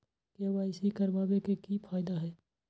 KYC करवाबे के कि फायदा है?